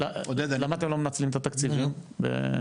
למה אתם לא מנצלים את התקציבים באופק?